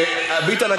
ביטן,